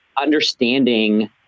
understanding